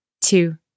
two